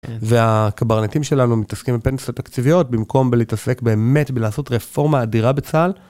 והקברניטים שלנו מתעסקים בפנסיות תקציביות במקום בלהתעסק באמת בלעשות רפורמה אדירה בצה"ל.